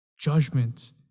judgment